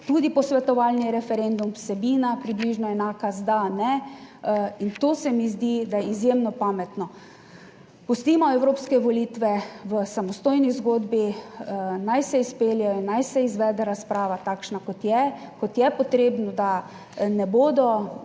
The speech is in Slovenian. tudi posvetovalni referendum vsebina približno enaka z da ne. In to se mi zdi, da je izjemno pametno. Pustimo evropske volitve v samostojni zgodbi, naj se izpeljejo in naj se izvede razprava takšna kot je, kot je potrebno, da ne bodo